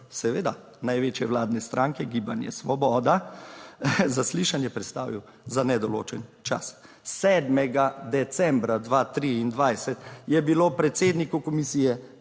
seveda, največje vladne stranke Gibanje Svoboda zaslišanje prestavil za nedoločen čas. 7. decembra 2023 je bilo predsedniku komisije